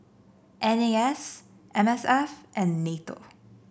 N A S M S F and NATO